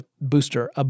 booster